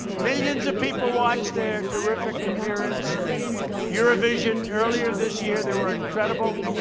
millions of people watched their terrific appearance at eurovision earlier this year. they were incredible,